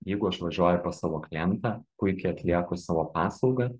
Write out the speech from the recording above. jeigu aš važiuoju pas savo klientą puikiai atlieku savo paslaugą